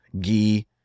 ghee